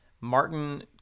Martin